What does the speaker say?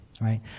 right